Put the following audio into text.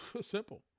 Simple